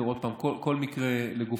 אני אומר עוד פעם: כל מקרה לגופו.